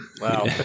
wow